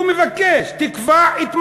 הוא מבקש: תקבע את מעמדי.